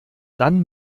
dann